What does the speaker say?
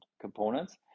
components